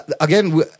again